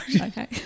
Okay